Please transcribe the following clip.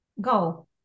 go